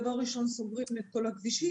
דבר ראשון סוגרים את כל הכבישים,